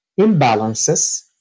imbalances